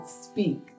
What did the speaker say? speak